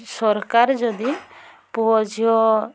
ସରକାର ଯଦି ପୁଅଝିଅ